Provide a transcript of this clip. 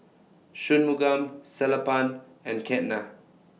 Shunmugam Sellapan and Ketna